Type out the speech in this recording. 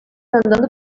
andando